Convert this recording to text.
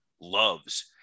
loves